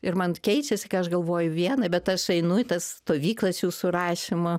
ir man keičiasi kai aš galvoju viena bet aš einu į tas stovyklas jūsų rašymo